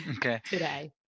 today